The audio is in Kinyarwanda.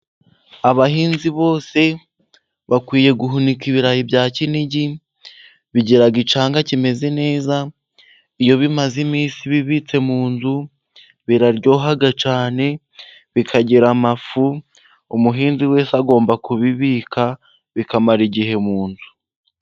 Abahinzi bose bakwiye guhunika ibirayi bya Kinigi. Bigera icanga kimeze neza. Iyo bimaze iminsi bibitse mu nzu biraryoha cyane , bikagira amafu. Umuhinzi wese agomba kubibika bikamara igihe mu nzu.